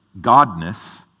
godness